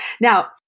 Now